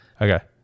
okay